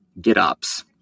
GitOps